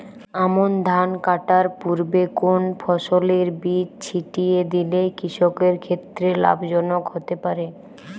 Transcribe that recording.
আমন ধান কাটার পূর্বে কোন ফসলের বীজ ছিটিয়ে দিলে কৃষকের ক্ষেত্রে লাভজনক হতে পারে?